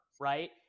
right